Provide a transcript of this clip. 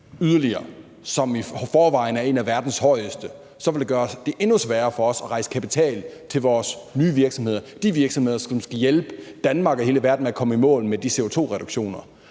som i forvejen er en af verdens højeste, yderligere, så vil det gøre det endnu sværere for dem at rejse kapital til deres nye virksomheder, de virksomheder, som skal hjælpe Danmark og hele verden med at komme i mål med de CO2-reduktioner.